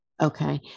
Okay